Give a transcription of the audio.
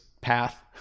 path